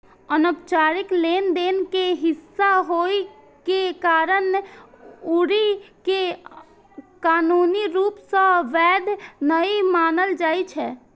अनौपचारिक लेनदेन के हिस्सा होइ के कारण हुंडी कें कानूनी रूप सं वैध नै मानल जाइ छै